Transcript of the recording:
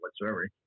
whatsoever